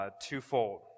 Twofold